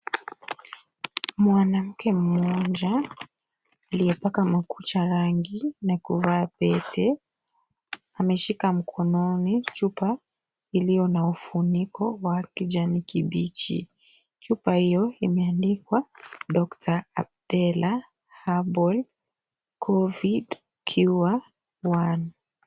Mwanamke mmoja aliyepaka makucha rangi na kufaa pete ameshika mkononi chupa iliyo na ufuniko wa kijani kibichi chupa hiyo imeandikwa Dr.Abdellah Herbal covid cure 1 .